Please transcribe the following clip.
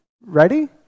ready